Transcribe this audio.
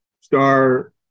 star